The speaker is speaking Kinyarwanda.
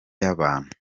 y’abantu